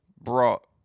brought